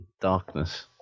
darkness